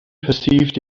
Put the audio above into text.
perceived